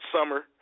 summer